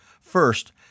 First